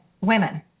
women